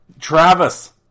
Travis